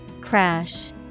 Crash